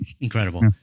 Incredible